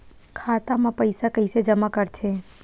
खाता म पईसा कइसे जमा करथे?